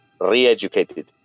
re-educated